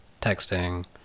texting